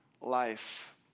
life